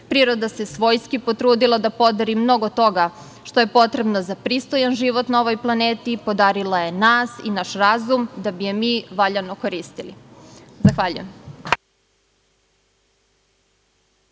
Priroda se svojski potrudila da podari mnogo toga, što je potrebno za pristojan život na ovoj planeti, podarila je nas i naš razum da bi je mi valjano koristili. Zahvaljujem.